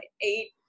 eight